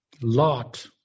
Lot